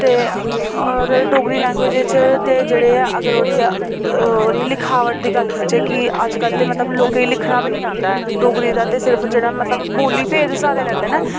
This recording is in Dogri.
ते होर डोगरी लैंग्वेज़ च ते जेह्ड़े ऐ अगर ओह्दी ओह्दी लिखावट दी गल्ल करचै कि अज्जकल ते मतलब लोकें ई लिखना बी निं आंदा ऐ डोगरी ते सिर्फ जेह्ड़ा मतलब बोली फिर सारे लैंदे न